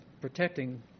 protecting